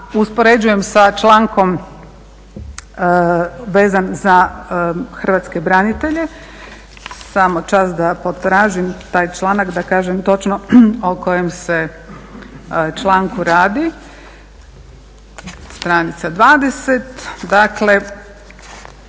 uspoređujem sa člankom vezan za hrvatske branitelje. Samo čas da potražim taj članak, da kažem točno o kojem se članku radi. Stranica 20., dakle